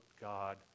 God